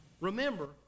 Remember